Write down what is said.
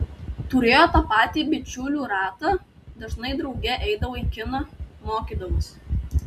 turėjo tą patį bičiulių ratą dažnai drauge eidavo į kiną mokydavosi